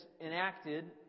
enacted